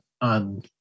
on